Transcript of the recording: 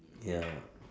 ya